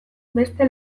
beste